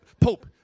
Pope